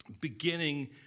beginning